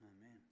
Amen